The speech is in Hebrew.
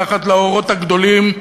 מתחת לאורות הגדולים,